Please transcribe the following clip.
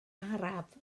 araf